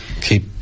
keep